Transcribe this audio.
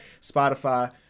Spotify